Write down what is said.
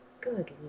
Good